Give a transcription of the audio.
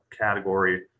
category